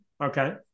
Okay